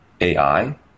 AI